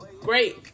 great